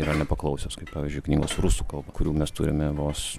yra nepaklausios kaip pavyzdžiui knygos rusų kalba kurių mes turime vos